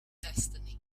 destiny